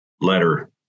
letter